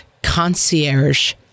concierge